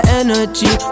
energy